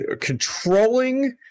controlling